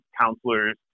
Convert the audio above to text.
counselors